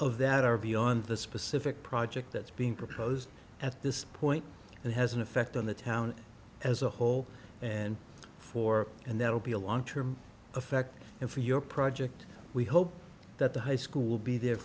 of that are beyond the specific project that's being proposed at this point and has an effect on the town as a whole and for and that will be a long term effect and for your project we hope that the high school will be there